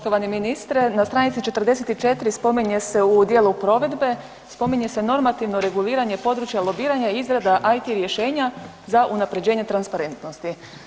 Poštovani ministre, na stranici 44. spominje se u dijelu provedbe, spominje se normativno reguliranje područje lobiranja i izrada IT rješenja za unapređenje transparentnosti.